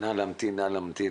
'נא להמתין',